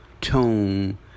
tone